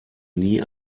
nie